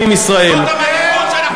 זאת המנהיגות שאנחנו רוצים?